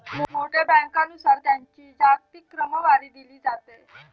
मोठ्या बँकांनुसार त्यांची जागतिक क्रमवारी दिली जाते